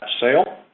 sale